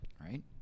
right